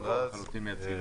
אבל מייצגים.